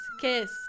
kiss